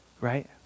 Right